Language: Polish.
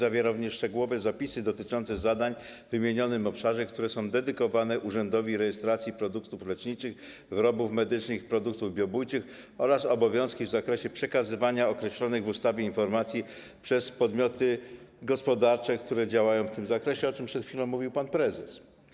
Zawiera również szczegółowe zapisy dotyczące zadań w wymienionym obszarze, które są dedykowane Urzędowi Rejestracji Produktów Leczniczych, Wyrobów Medycznych i Produktów Biobójczych, oraz obowiązki w zakresie przekazywania określonych w ustawie informacji przez podmioty gospodarcze, o czym przed chwilą mówił pan prezes.